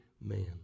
man